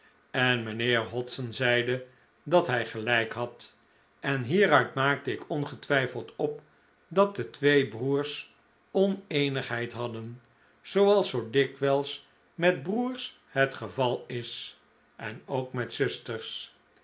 en mijnheer hodson zeide dat hij gelijk had en hieruit maakte ik ongetwijfeld op dat de twee broers oneenigheid hadden zooals zoo dikwijls met broers het geval is en ook met zusters